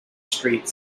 street